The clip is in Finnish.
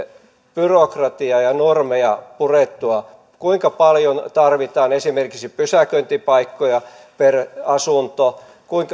byrokratiaa ja normeja purettua kuinka paljon tarvitaan esimerkiksi pysäköintipaikkoja per asunto